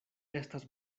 estas